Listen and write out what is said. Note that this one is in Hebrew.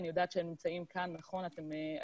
אני יודעת שהנציגים כאן.